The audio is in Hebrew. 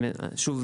שוב,